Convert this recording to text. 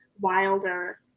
Wilder